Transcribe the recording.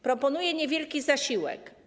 Proponuje niewielki zasiłek.